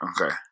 Okay